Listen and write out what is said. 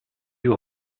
you